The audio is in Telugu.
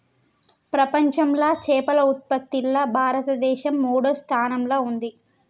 ప్రపంచంలా చేపల ఉత్పత్తిలా భారతదేశం మూడో స్థానంలా ఉంది